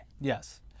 yes